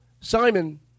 Simon